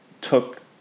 took